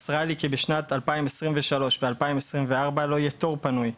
מסרה לי כי בשנת 2023 ו-2024 לא יהיה תור פנוי,